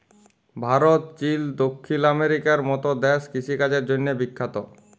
Bharat, Chile, দখ্খিল আমেরিকার মত দ্যাশ কিষিকাজের জ্যনহে বিখ্যাত